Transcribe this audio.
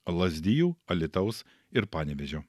lazdijų alytaus ir panevėžio